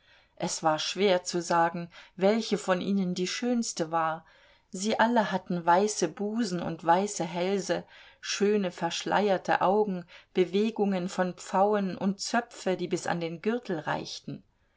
es war schwer zu sagen welche von ihnen die schönste war sie alle hatten weiße busen und weiße hälse schöne verschleierte augen bewegungen von pfauen und zöpfe die bis an den gürtel reichten